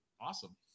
awesome